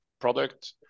product